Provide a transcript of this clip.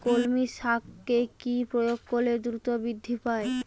কলমি শাকে কি প্রয়োগ করলে দ্রুত বৃদ্ধি পায়?